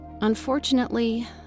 Unfortunately